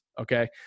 okay